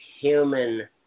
human